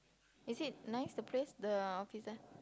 is it nice the place the office there